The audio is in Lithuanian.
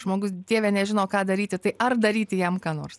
žmogus dieve nežino ką daryti tai ar daryti jam ką nors